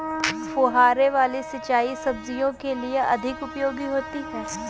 फुहारे वाली सिंचाई सब्जियों के लिए अधिक उपयोगी होती है?